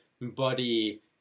body